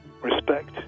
respect